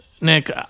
nick